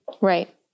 Right